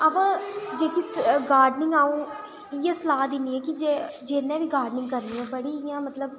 आ वो जेह्कियां गाडर्निंग अ'ऊं इ'यै सलाह् दिन्नियां जे जिन्नै बी गाडर्निंग करनी होऐ